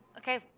Okay